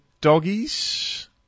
doggies